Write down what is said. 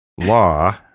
law